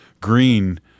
Green